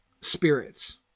spirits